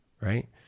right